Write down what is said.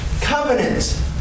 covenant